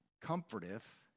comforteth